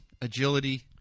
agility